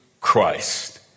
Christ